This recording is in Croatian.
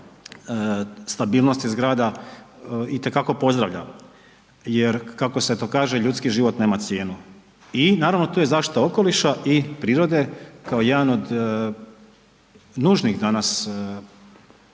stabilnosti zgrada itekako pozdravlja jer kako se to kaže ljudski život nema cijenu i naravno tu je zaštita okoliša i prirode kao jedan od nužnih danas,